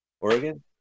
oregon